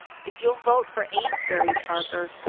if you'll vote for amesbury, parker.